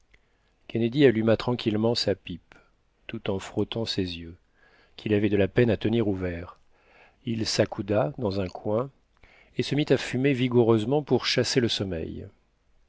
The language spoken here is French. kennedy alluma tranquillement sa pipe tout en frottant ses yeux qu'il avait de la peine à tenir ouverts il s'accouda dans un coin et se mit à fumer vigoureusement pour chasser le sommeil